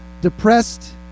depressed